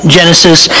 Genesis